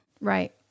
Right